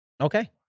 Okay